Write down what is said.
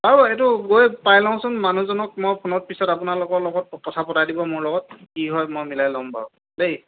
চাওঁ এইটো গৈ পাই লওঁচোন মানুহজনক মই ফোনত পিছত আপোনালোকৰ লগত কথা পতাই দিব মোৰ লগত কি হয় মই মিলাই ল'ম বাৰু দেই